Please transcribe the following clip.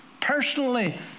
personally